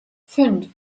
fünf